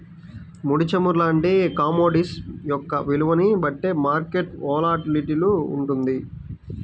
ముడి చమురు లాంటి కమోడిటీస్ యొక్క విలువని బట్టే మార్కెట్ వోలటాలిటీ వుంటది